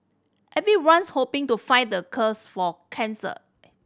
everyone's hoping to find the for cancer